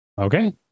okay